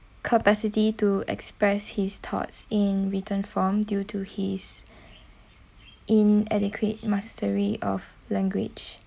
capacity to express his thoughts in written form due to his inadequate mastery of language